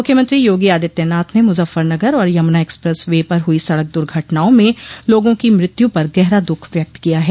मुख्यमंत्री योगी आदित्यनाथ ने मुजफ्फरनगर और यमुना एक्सप्रेस वे पर हुई सड़क दुर्घटनाओं में लोगों की मृत्यु पर गहरा दुःख व्यक्त किया है